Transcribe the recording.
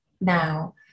now